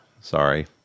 Sorry